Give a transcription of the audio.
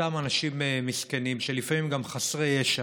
אותם אנשים מסכנים, שלפעמים הם גם חסרי ישע,